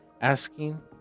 asking